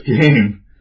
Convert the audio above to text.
game